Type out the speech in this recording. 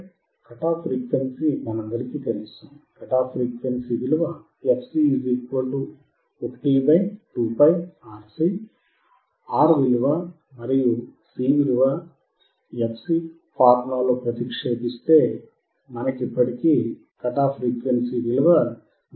cut off frequency మనందరికీ తెలుసు cut off frequency fc 1 2πRC